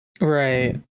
Right